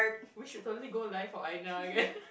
we should totally go live for Aina okay